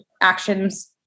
actions